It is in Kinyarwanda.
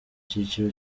cyiciro